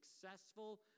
successful